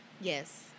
Yes